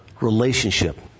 relationship